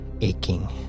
aching